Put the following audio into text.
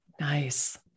nice